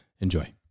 Enjoy